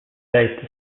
late